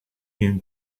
him